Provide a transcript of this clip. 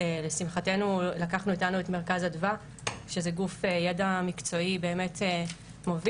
לשמחתנו לקחנו איתנו את מרכז אדווה שזה גוף עם ידע מקצועי באמת מוביל,